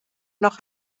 noch